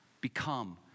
become